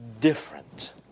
different